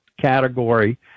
category